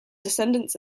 descendants